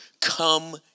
Come